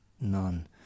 none